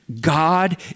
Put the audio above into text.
God